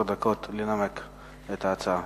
יש עשר דקות לנמק את ההצעה